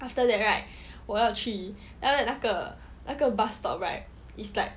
after that right 我要去那个那个 bus stop right is like